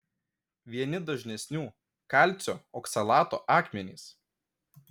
vieni dažnesnių kalcio oksalato akmenys